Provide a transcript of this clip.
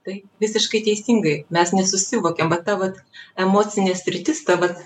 taip visiškai teisingai mes nesusivokiam va ta vat emocinė sritis ta vat